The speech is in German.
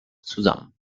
zusammen